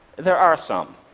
there are some.